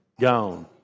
Gone